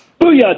Booyah